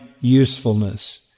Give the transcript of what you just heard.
usefulness